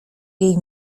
jej